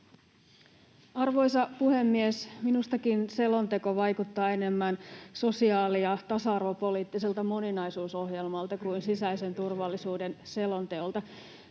Arvoisa puhemies! Minustakin selonteko vaikuttaa enemmän sosiaali- ja tasa-arvopoliittiselta moninaisuusohjelmalta kuin sisäisen turvallisuuden selonteolta.